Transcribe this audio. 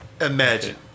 Imagine